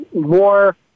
more